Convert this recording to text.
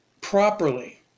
properly